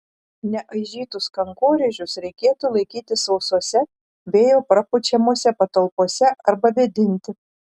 neaižytus kankorėžius reikėtų laikyti sausose vėjo prapučiamose patalpose arba vėdinti